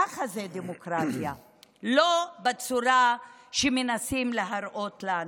ככה זה דמוקרטיה, לא בצורה שמנסים להראות לנו.